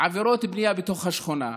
עבירות בנייה בתוך השכונה.